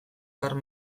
karl